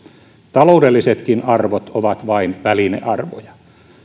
taloudellisetkin arvot ovat vain välinearvoja